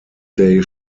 day